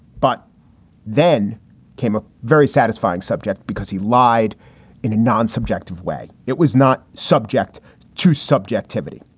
but then came a very satisfying subject because he lied in a non subjective way. it was not subject to subjectivity.